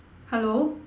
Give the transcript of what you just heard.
hello